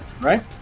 Right